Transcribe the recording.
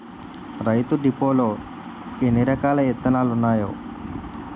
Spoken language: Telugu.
రైతు డిపోలో ఎన్నిరకాల ఇత్తనాలున్నాయో